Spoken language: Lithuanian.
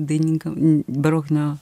dainininkam barokinio